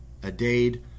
Adade